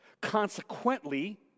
Consequently